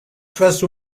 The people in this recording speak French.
face